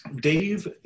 Dave